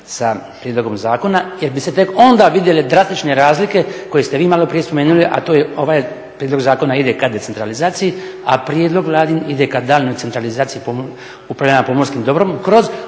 sa prijedlogom zakona jer bi se tek onda vidjele drastične razlike koje ste vi maloprije spomenuli, a to je ovaj prijedlog zakona ide ka decentralizaciji, a prijedlog vladin ide ka daljnjoj centralizaciji upravljanja pomorskim dobrom, kroz